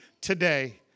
today